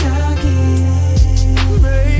again